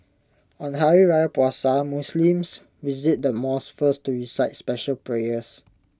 on Hari Raya Puasa Muslims visit the mosque first to recite special prayers